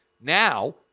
Now